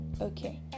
Okay